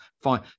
fine